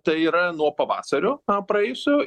tai yra nuo pavasario praėjusio